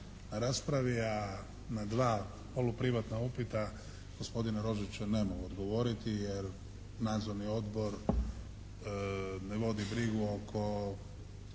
raspravi, a na dva poluprivatna upita gospodina Rožića ne mogu odgovoriti jer nadzorni odbor ne vodi brigu oko